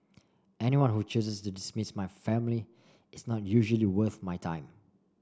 anyone who chooses to dismiss my family is not usually worth my time